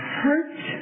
hurt